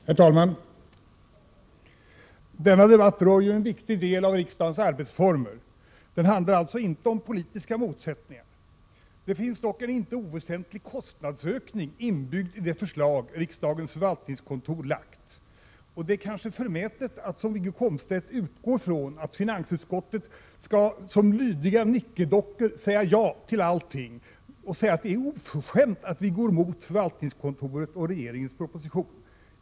Herr talman! Denna debatt rör ju en viktig del av riksdagens arbetsformer. Den handlar alltså inte om politiska motsättningar. Det finns dock en inte oväsentlig kostnadsökning inbyggd i det förslag som riksdagens förvaltningskontor lagt fram. Det kanske är förmätet att som Wiggo Komstedt utgå från att ledamöterna i finansutskottet som lydiga nickedockor skall säga ja till allting. Wiggo Komstedt säger att det är oförskämt att vi går emot förvaltningskontoret och regeringens proposition.